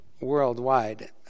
worldwide